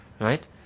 Right